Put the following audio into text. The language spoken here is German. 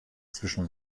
zwischen